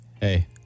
hey